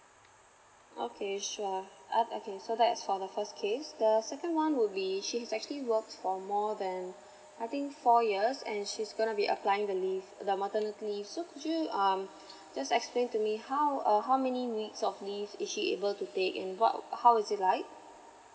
okay sure uh okay so that's for the first case the second one would be she's actually worked for more than I think for years and she's gonna be applying the leave the maternity leave so could you um just explain to me how uh how many weeks of leave is she able to take and what how is it like